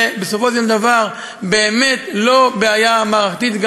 זו בסופו של דבר באמת לא בעיה מערכתית.